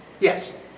Yes